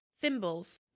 thimbles